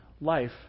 life